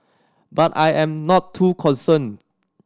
but I am not too concerned